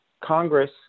Congress